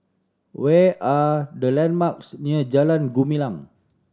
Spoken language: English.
where are the landmarks near Jalan Gumilang